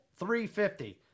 350